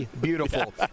beautiful